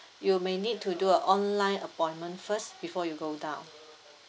you may need to do a online appointment first before you go down